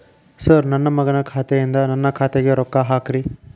sir ನನ್ನ ಮಗನ ಖಾತೆ ಯಿಂದ ನನ್ನ ಖಾತೆಗ ರೊಕ್ಕಾ ಹಾಕ್ರಿ